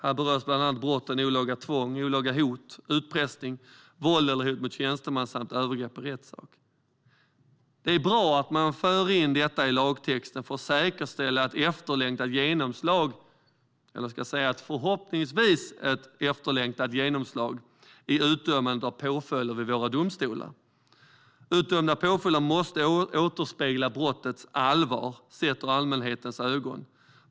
Här berörs bland annat brotten olaga tvång, olaga hot, utpressning, våld och hot mot tjänsteman samt övergrepp i rättssak. Det är bra att man för in detta i lagtexten, så att det förhoppningsvis blir ett efterlängtat genomslag i utdömandet av påföljder vid våra domstolar. Utdömda påföljder måste återspegla brottets allvar, sett ur allmänhetens ögon.